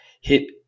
hit –